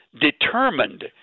determined